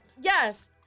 Yes